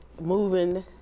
moving